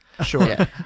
Sure